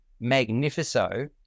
Magnifico